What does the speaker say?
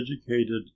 educated